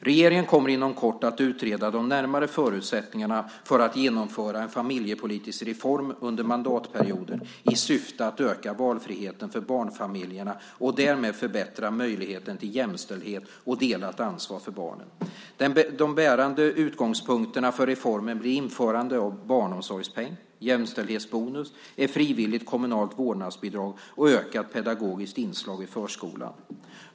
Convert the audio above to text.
Regeringen kommer inom kort att utreda de närmare förutsättningarna för att genomföra en familjepolitisk reform under mandatperioden i syfte att öka valfriheten för barnfamiljerna och därmed förbättra möjligheterna till jämställdhet och delat ansvar för barnen. De bärande utgångspunkterna för reformen blir införandet av barnomsorgspeng, jämställdhetsbonus, ett frivilligt kommunalt vårdnadsbidrag och ökat pedagogiskt inslag i förskolan.